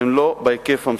הם לא בהיקף המספק.